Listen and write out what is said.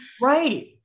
right